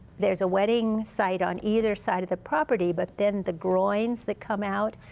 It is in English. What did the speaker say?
there's a wedding site on either side of the property, but then the groins that come out,